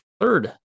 third